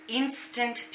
instant